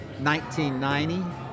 1990